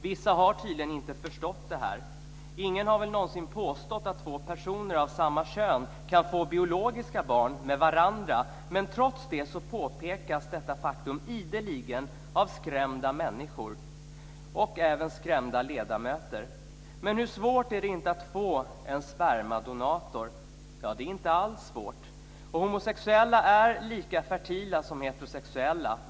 Vissa har tydligen inte förstått det här. Ingen har väl någonsin påstått att två personer av samma kön kan få biologiska barn med varandra. Men trots det påpekas detta faktum ideligen av skrämda människor och skrämda ledamöter. Hur svårt är det att få en spermadonator? Det är inte alls svårt! Homosexuella är lika fertila som heterosexuella.